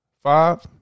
Five